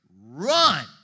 run